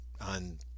on